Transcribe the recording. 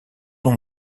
nom